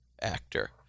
actor